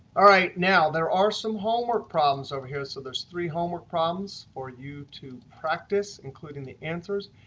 all right. now, there are some homework problems over here. so there's three homework problems for you to practice, including the answers.